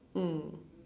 mm